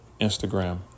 Instagram